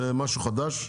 זה משהו חדש?